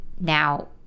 Now